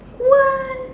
what